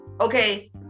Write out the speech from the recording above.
okay